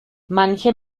manche